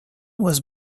was